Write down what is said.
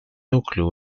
núcleo